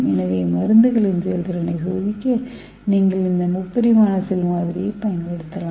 எனவே மருந்துகளின் செயல்திறனை சோதிக்க நீங்கள் இந்த முப்பரிமாண செல் மாதிரியைப் பயன்படுத்தலாம்